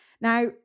Now